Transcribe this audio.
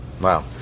Wow